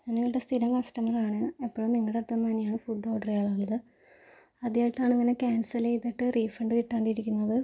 ഞാൻ നിങ്ങളുടെ സ്ഥിരം കസ്റ്റമർ ആണ് എപ്പോഴും നിങ്ങളുടെ അടുത്തു നിന്നാണ് ഫുഡ് ഓർഡറ് ചെയ്യാറുള്ളത് ആദ്യമായിട്ടാണ് ഇങ്ങനെ ക്യാൻസൽ ചെയ്തിട്ട് റീഫണ്ട് കിട്ടാണ്ടിരിക്കുന്നത്